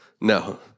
No